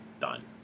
done